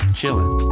chilling